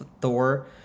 Thor